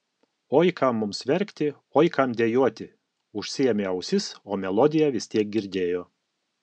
oi kam mums verkti oi kam dejuoti užsiėmė ausis o melodiją vis tiek girdėjo